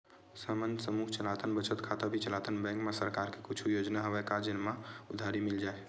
हमन समूह चलाथन बचत खाता भी चलाथन बैंक मा सरकार के कुछ योजना हवय का जेमा उधारी मिल जाय?